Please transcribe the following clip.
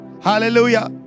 Hallelujah